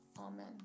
amen